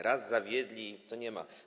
Raz zawiedli, to nie ma.